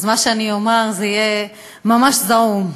מה שאני אומר יהיה ממש זעום,